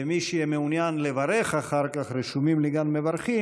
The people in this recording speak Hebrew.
למי שיהיה מעוניין לברך אחר כך רשומים לי גם מברכים,